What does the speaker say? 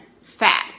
fat